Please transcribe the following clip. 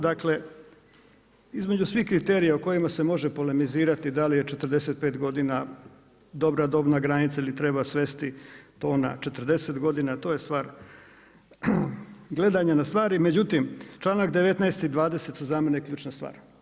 Dakle, između svih kriterija o kojima se može polemizirati da li je 45 godina dobra dobna granica ili treba svesti to na 40 godina, to je stvar gledanja na stvari, međutim, članak 19. i 20. su za mene ključna stvar.